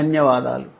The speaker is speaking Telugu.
ధన్యవాదాలు